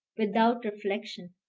without reflection,